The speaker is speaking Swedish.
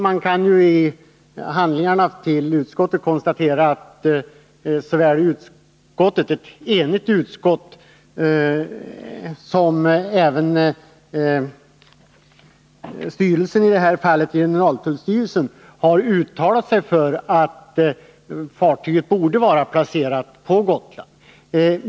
Man kan i betänkandet konstatera att såväl ett enigt utskott som generaltullstyrelsen har uttalat sig för att fartyget borde vara placerat på Gotland.